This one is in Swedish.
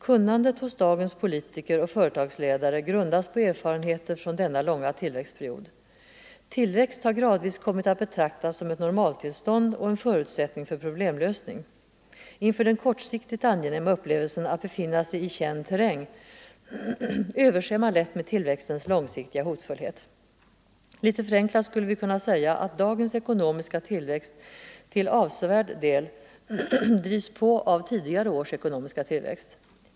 Kunnandet hos dagens politiker = och företagsledare grundas på erfarenheter från denna långa tillväxtperiod. — Välfärdsmätningar Tillväxt har gradvis kommit att betraktas som ett normaltillstånd och — m.m. en förutsättning för problemlösning. Inför den kortsiktigt angenäma upplevelsen att befinna sig i känd terräng, överser man lätt med tillväxtens långsiktiga hotfullhet. ——-— Lite förenklat skulle vi kunna säga att dagens ekonomiska tillväxt till avsevärd del drivs på av tidigare års ekonomiska tillväxt.